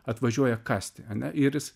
atvažiuoja kasti ane ir jis